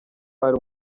ari